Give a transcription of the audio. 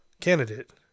candidate